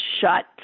shut